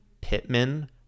Pittman